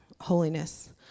holiness